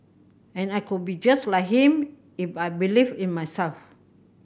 and I could be just like him if I believed in myself